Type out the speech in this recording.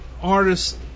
artist's